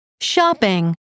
Shopping